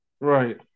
Right